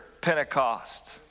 Pentecost